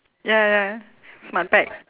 ya ya SmartPac